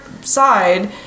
side